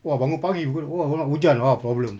!wah! bangun pagi oh ah !wah! hujan ah problem